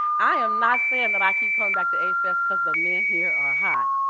i am not saying that i keep coming back to a-fest because the men here are hot.